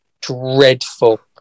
dreadful